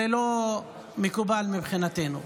זה לא מקובל מבחינתנו.